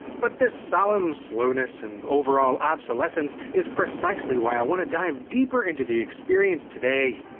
but this solemn slowness and overall obsolescence is precisely why i wanna dive deeper into the experience today.